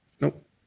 Nope